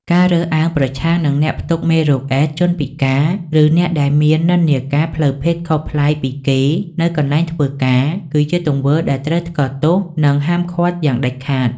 ការរើសអើងប្រឆាំងនឹងអ្នកផ្ទុកមេរោគអេដស៍ ជនពិការ ឬអ្នកដែលមាននិន្នាការផ្លូវភេទខុសប្លែកពីគេនៅកន្លែងធ្វើការ គឺជាទង្វើដែលត្រូវថ្កោលទោស និងហាមឃាត់យ៉ាងដាច់ខាត។